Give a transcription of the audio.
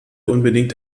unbedingt